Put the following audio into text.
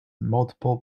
multiple